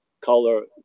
color